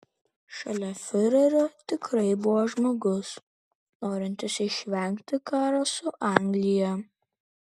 šalia fiurerio tikrai buvo žmogus norintis išvengti karo su anglija